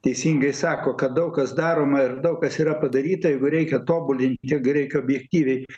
teisingai sako kad daug kas daroma ir daug kas yra padaryta jeigu reikia tobulin gi reik objektyviai